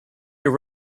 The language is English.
your